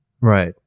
Right